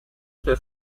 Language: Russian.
что